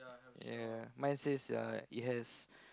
ya mine says ya it has